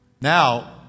Now